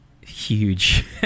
huge